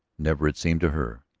never, it seemed to her,